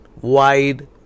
wide